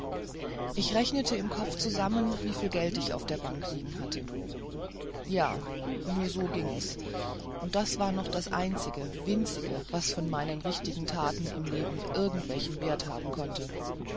ich rechnete im kopf zusammen wieviel geld ich auf der bank liegen hatte ja nur so ging es das war noch das einzige winzige was von meinen nichtigen taten im leben irgendeinen wert haben konnte